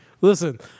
Listen